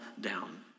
down